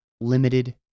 limited